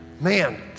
man